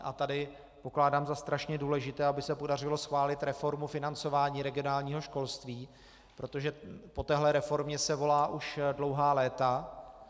A tady pokládám za strašně důležité, aby se podařilo schválit reformu financování regionálního školství, protože po téhle reformě se volá už dlouhá léta.